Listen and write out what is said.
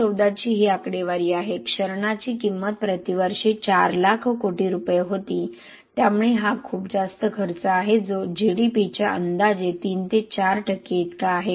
2014 ची ही आकडेवारी आहे क्षरणाची किंमत प्रतिवर्षी 4 लाख कोटी रुपये होती त्यामुळे हा खूप जास्त खर्च आहे जो GDP च्या अंदाजे 3 ते 4 टक्के इतका आहे